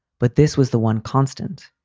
but this was the one constant.